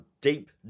deep